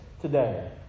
today